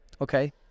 Okay